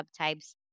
subtypes